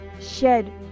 shed